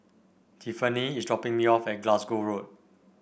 Tiffanie is dropping me off at Glasgow Road